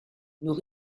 nos